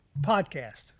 podcast